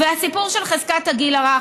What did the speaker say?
והסיפור של חזקת הגיל הרך,